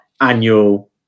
annual